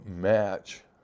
match